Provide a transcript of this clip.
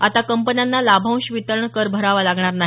आता कंपन्यांना लाभांश वितरण कर भरावा लागणार नाही